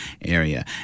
area